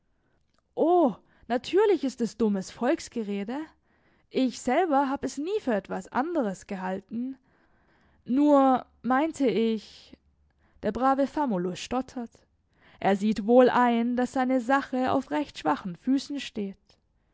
o natürlich ist es dummes volksgerede ich selber hab es nie für etwas anderes gehalten nur meinte ich der brave famulus stottert er sieht wohl ein daß seine sache auf recht schwachen füßen steht